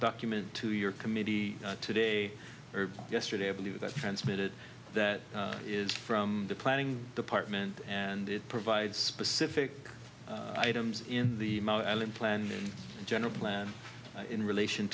document to your committee today or yesterday i believe that transmitted that is from the planning department and it provides specific items in the mt allen plan and general plan in relation